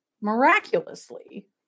miraculously